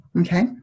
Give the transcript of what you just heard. Okay